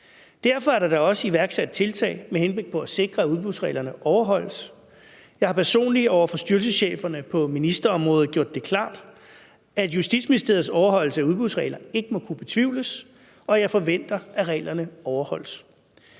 Derfor er der da også iværksat tiltag med henblik på at sikre, at udbudsreglerne overholdes. Jeg har personligt over for styrelsescheferne på ministerområdet gjort det klart, at Justitsministeriets overholdelse af udbudsreglerne ikke må kunne betvivles, og jeg forventer, at reglerne overholdes.